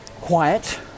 quiet